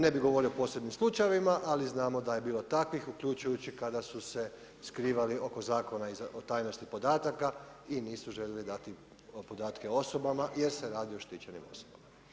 Ne bih govorio o posebnim slučajevima ali znamo da je bilo takvih uključujući kada su se skrivali oko Zakona o tajnosti podataka i nisu željeli dati podatke o osobama jer se radi o štićenim osobama.